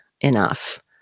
enough